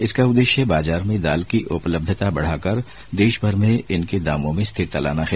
इसका उद्देश्य बाजार में दाल की उपलब्धता बढ़ाकर देशभर में इनके दामों में रिथरता लाना है